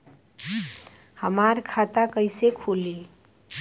हमार खाता कईसे खुली?